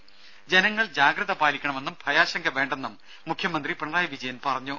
ദേദ ജനങ്ങൾ ജാഗ്രത പാലിക്കണമെന്നും ഭയാശങ്ക വേണ്ടെന്നും മുഖ്യമന്ത്രി പിണറായി വിജയൻ പറഞ്ഞു